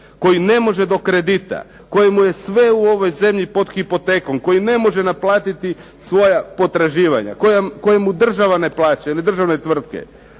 koji ne može do kredita, kojemu je sve u ovoj zemlji pod hipotekom, koji ne može naplatiti svoja potraživanja, kojemu država ne plaća ili državne tvrtke,